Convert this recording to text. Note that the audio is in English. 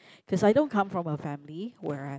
cause I don't come from a family where I